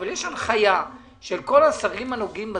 אבל יש הנחיה של כל השרים הנוגעים בדבר.